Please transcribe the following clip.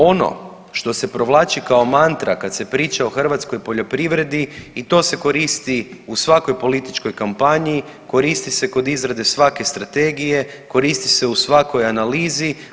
Ono što se provlači kao mantra kad se priča o hrvatskoj poljoprivredi i to se koristi u svakoj političkoj kampanji koristi se kod izrade svake strategije, koristi se u svakoj analizi.